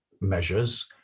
measures